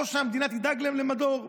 או שהמדינה תדאג להם למדור.